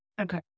Okay